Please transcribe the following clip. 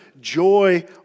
joy